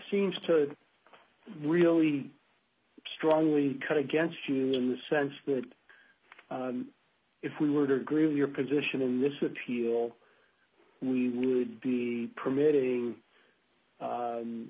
seems to really strongly cut against you in the sense that if we were to agree with your position in this that he is all we would be permitting